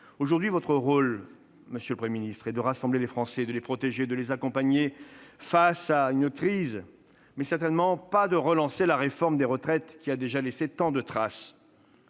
Aujourd'hui, votre rôle, monsieur le Premier ministre, est de rassembler les Français, de les protéger, de les accompagner face à cette crise, mais certainement pas de relancer la réforme des retraites, qui a déjà laissé tant de traces.